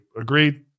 Agreed